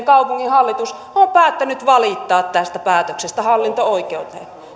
kaupunginhallitus on päättänyt valittaa tästä päätöksestä hallinto oikeuteen